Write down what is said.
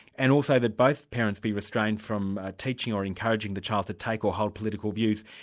and also that both parents be restrained from ah teaching or encouraging the child to take or hold political views,